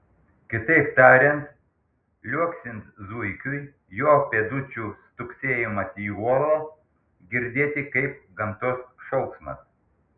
kitaip tariant liuoksint zuikiui jo pėdučių stuksėjimas į uolą girdėti kaip gamtos šauksmas